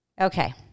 Okay